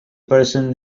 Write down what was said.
person